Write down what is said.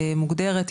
מוגדרת,